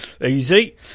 easy